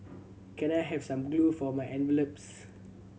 can I have some glue for my envelopes